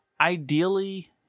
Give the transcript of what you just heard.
ideally